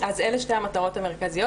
בפונט שונה) אלה שתי המטרות המרכזיות,